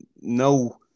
no